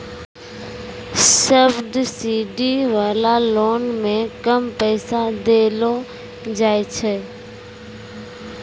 subsidy वाला loan मे कम पैसा देलो जाय छै